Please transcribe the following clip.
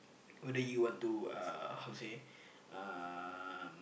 go that you want to uh how to say uh